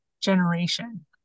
generation